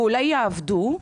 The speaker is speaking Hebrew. ואולי יעבדו,